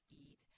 eat